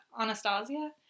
Anastasia